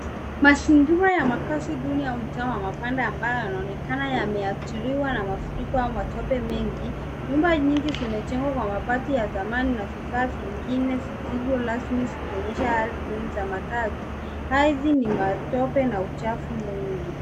Mazingira ya makaazi duni au mtaa wa mabanda ambayo yanaonekana yameathiriwa na mafuriko au matope mengi. Nyumba nyungi zimejengwa kwa mabati ya zamani na vifaa vingine visivyo rasmi vikionyesha hali ya makaazi. Ardhi ni matope na uchafu mwingi.